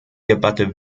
debatte